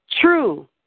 True